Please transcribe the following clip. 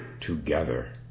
together